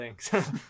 thanks